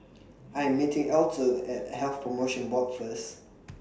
I Am meeting Alto At Health promotion Board First